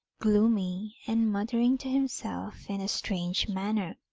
gloomy, and muttering to himself in a strange manner.